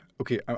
okay